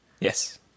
Yes